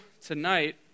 tonight